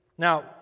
Now